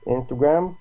Instagram